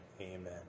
amen